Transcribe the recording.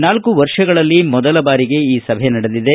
ನಾಲ್ಲು ವರ್ಷಗಳಲ್ಲಿ ಮೊದಲ ಬಾರಿಗೆ ಈ ಸಭೆ ನಡೆದಿದೆ